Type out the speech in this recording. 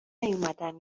نیومدم